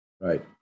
Right